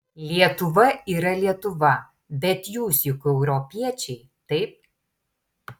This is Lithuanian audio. lietuva yra lietuva bet jūs juk europiečiai taip